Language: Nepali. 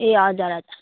ए हजुर हजुर